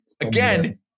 again